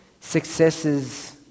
successes